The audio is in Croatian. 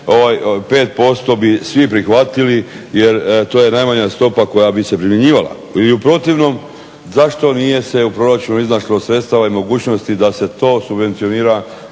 5% bi svi prihvatili jer to je najmanja stopa koja bi se primjenjivala. Ili u protivnom zašto nije se u proračunu iznašlo sredstava i mogućnosti da se to subvencionira,